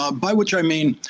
um by which i mean,